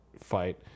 fight